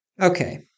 Okay